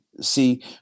See